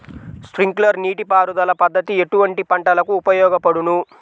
Sprinkler నీటిపారుదల పద్దతి ఎటువంటి పంటలకు ఉపయోగపడును?